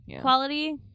quality